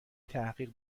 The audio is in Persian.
تحقیق